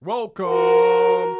Welcome